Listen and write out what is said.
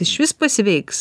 išvis pasveiks